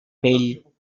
pell